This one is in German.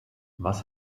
was